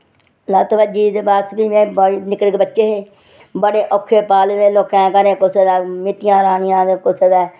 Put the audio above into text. लत्त भज्जी ही ते बस में निक्के निक्के बच्चे हे बड़े औखे पाल्ले दे कुसै दे घर मित्तियां लानियां ते कुसै दे